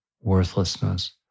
worthlessness